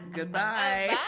goodbye